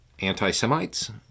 anti-Semites